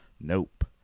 Nope